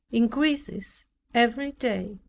increases every day.